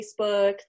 Facebook